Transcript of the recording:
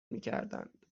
میکردند